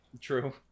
True